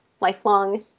lifelong